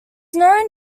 known